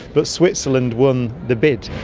but switzerland won the bid.